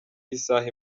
y’isaha